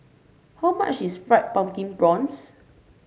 how much is Fried Pumpkin Prawns